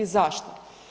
Zašto?